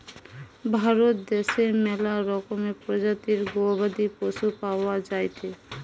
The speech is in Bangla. ভারত দ্যাশে ম্যালা রকমের প্রজাতির গবাদি পশু পাওয়া যায়টে